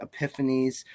epiphanies